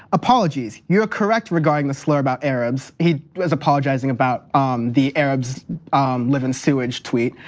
apologies. you are correct regarding the slur about arabs, he was apologizing about the arabs live in sewage tweet.